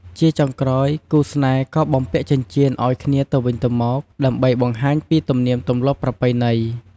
ជាចុងក្រោយគូស្នេហ៍ក៏បំពាក់ចិញ្ចៀនឱ្យគ្នាទៅវិញទៅមក ដើម្បីបង្ហាញពីទំនៀមទម្លាប់ប្រពៃណី។